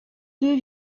deux